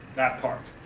that part.